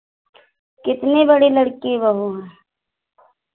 कितनी बड़ी लड़की बहुएं है